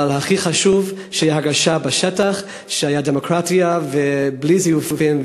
אבל הכי חשוב שתהיה הרגשה בשטח שהייתה דמוקרטיה בלי זיופים,